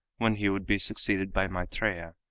when he would be succeeded by matreya,